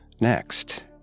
Next